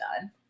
done